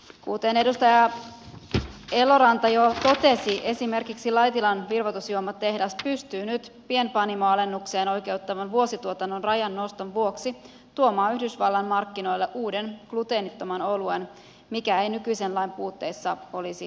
kuten edustaja eloranta jo totesi esimerkiksi laitilan wirvoitusjuomatehdas pystyy nyt pienpanimoalennukseen oikeuttavan vuosituotannon rajan noston vuoksi tuomaan yhdysvaltain markkinoille uuden gluteenittoman oluen mikä ei nykyisen lain puitteissa olisi onnistunut